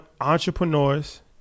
entrepreneurs